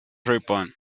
ripon